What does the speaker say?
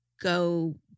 go